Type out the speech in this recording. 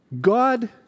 God